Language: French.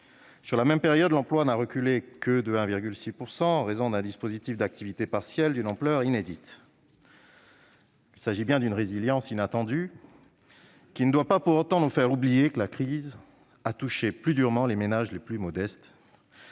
Sur la même période, l'emploi n'a reculé que de 1,6 %, en raison d'un dispositif d'activité partielle d'une ampleur inédite. Cette résilience est inattendue, mais elle ne doit pas pour autant nous faire oublier que la crise a touché plus durement les ménages les plus modestes.